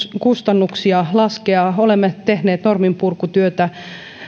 kustannuksia laskea olemme tehneet norminpurkutyötä